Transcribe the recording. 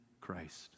Christ